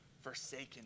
forsaken